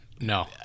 no